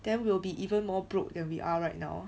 then we'll be even more broke than we are right now